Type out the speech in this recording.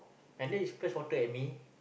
and then he splash water at me